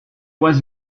was